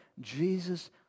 Jesus